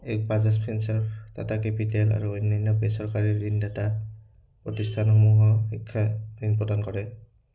এক বাজাজ ফেঞ্চাৰ টাটা কেপিটেল আৰু অন্যান্য বেচৰকাৰী ঋণ দাতা প্ৰতিষ্ঠানসমূহৰ শিক্ষা ঋণ প্ৰদান কৰে